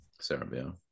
Serbia